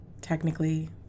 technically